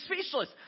speechless